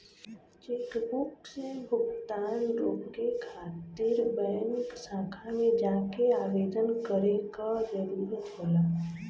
chequebook से भुगतान रोके खातिर बैंक शाखा में जाके आवेदन करे क जरुरत होला